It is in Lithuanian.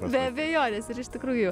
be abejonės ir iš tikrųjų